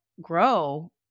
grow